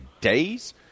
Days